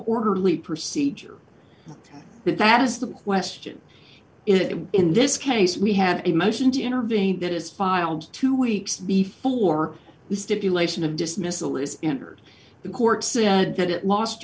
orderly procedure that is the question is in this case we have a motion to intervene that is filed two weeks before the stipulation of dismissal is entered the court said that it lost